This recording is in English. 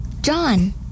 John